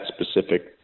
specific